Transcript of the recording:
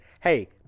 hey